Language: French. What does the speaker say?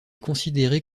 considérée